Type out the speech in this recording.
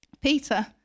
Peter